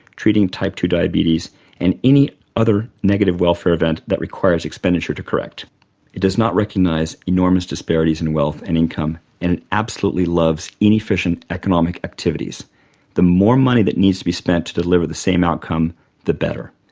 treating type ii diabetes and any other negative welfare event that requires expenditure to correct. it does not recognize enormous disparities in wealth and income and it absolutely loves inefficient economic activities the more money that needs to be spent to deliver the same outcome the better.